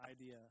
idea